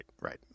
right